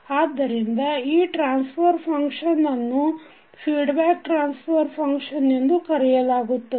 ಆದ್ದರಿಂದ ಈ transfer function ಅನ್ನು ಫೀಡ್ಬ್ಯಾಕ್ ಟ್ರಾನ್ಸಫರ್ ಫಂಕ್ಷನ್ ಎಂದು ಕರೆಯಲಾಗುತ್ತದೆ